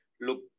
look